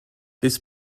this